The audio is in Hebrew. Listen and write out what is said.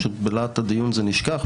פשוט בלהט הדיון זה נשכח.